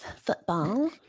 football